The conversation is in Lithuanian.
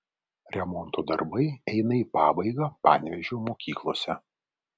remonto darbai eina į pabaigą panevėžio mokyklose